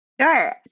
Sure